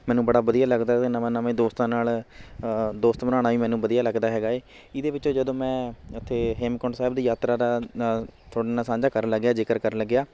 ਮੈਨੂੰ ਬੜਾ ਵਧੀਆ ਲੱਗਦਾ ਵੀ ਨਵਾਂ ਨਵੇਂ ਦੋਸਤਾਂ ਨਾਲ ਦੋਸਤ ਬਣਾਉਣਾ ਵੀ ਮੈਨੂੰ ਵਧੀਆ ਲੱਗਦਾ ਹੈਗਾ ਥੁ ਇਹਦੇ ਵਿੱਚੋਂ ਜਦੋਂ ਮੈਂ ਉੱਥੇ ਹੇਮਕੁੰਟ ਸਾਹਿਬ ਦੀ ਯਾਤਰਾ ਦਾ ਤੁਹਾਡੇ ਨਾਲ ਸਾਂਝਾ ਕਰਨ ਲੱਗਿਆ ਜਿਕਰ ਕਰਨ ਲੱਗਿਆ